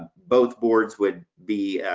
both boards would be